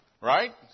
right